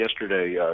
yesterday